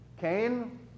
Cain